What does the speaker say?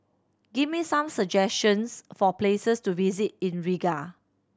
give me some suggestions for places to visit in Riga